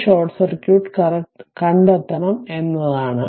ഈ short circuit current കണ്ടെത്തണം എന്നതാണ്